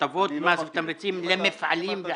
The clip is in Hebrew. הטבות מס ותמריצים למפעלים.